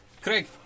Craig